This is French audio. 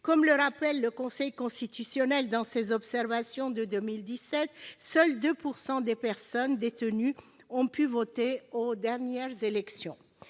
Comme le rappelle le Conseil constitutionnel dans ses observations de 2017, seuls 2 % des personnes détenues ont pu voter aux dernières élections.